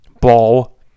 ball